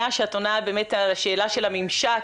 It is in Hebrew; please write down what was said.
בטוחה שחברי הכנסת מכירים,